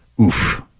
Oof